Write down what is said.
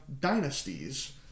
dynasties